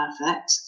perfect